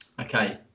Okay